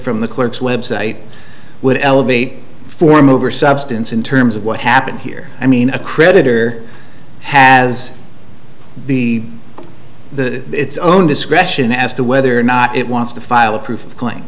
from the clerk's website would elevate form over substance in terms of what happened here i mean a creditor has the the it's own discretion as to whether or not it wants to file a pro